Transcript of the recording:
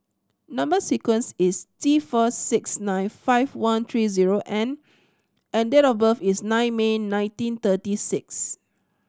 number sequence is T four six nine five one three zero N and date of birth is nine May nineteen thirty six